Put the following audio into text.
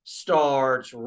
starts